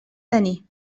tenir